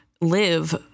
live